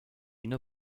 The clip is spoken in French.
une